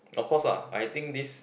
of course lah I think this